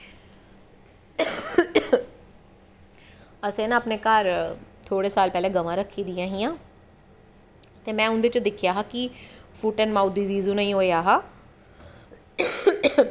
असैं ना अपनें घर थोह्ड़े साल पैह्लैं गवां रक्खी दियां हां में उंदे च दिक्खेआ हा कि फुट्ट ऐंड माउथ डिसीज़ उनेंगी होआ हा